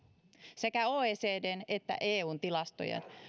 sekä oecdn että eun tilastojen